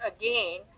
Again